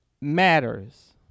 matters